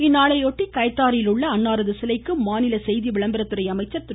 இந்நாளையொட்டி கயத்தாரில் உள்ள அவரது சிலைக்கு மாநில செய்தி விளம்பரத்துறை அமைச்சர் திரு